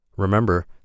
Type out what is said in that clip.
Remember